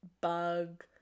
Bug